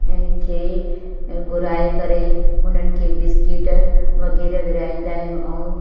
ॿियनि खे घुराए करे उन्हनि खे बिस्किट वग़ैरह विराईंदा आहियूं ऐं